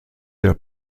der